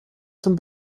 zum